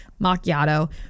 macchiato